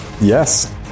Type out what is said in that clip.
Yes